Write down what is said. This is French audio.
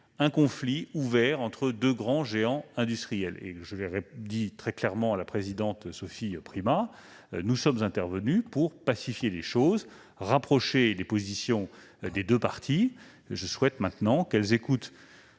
un conflit ouvert entre deux géants industriels. Comme je l'ai indiqué clairement à la présidente Sophie Primas, nous sommes intervenus pour pacifier les choses et rapprocher les positions des deux parties. Je souhaite maintenant qu'elles écoutent